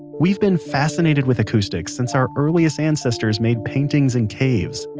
we've been fascinated with acoustics since our earliest ancestors made paintings in caves.